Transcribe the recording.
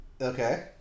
okay